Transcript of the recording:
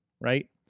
right